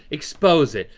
expose it.